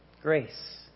grace